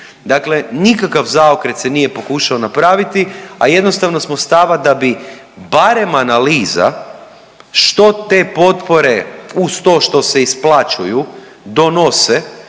Dakle, nikakav zaokret se nije pokušao napraviti, a jednostavnog smo stava da bi barem analiza što te potpore uz to što se isplaćuju donose